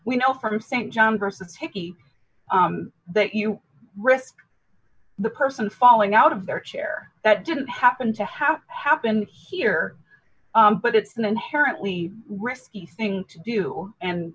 we know from st john versus picky that you risk the person falling out of their chair that didn't happen to have happened here but it's an inherently risky thing to do and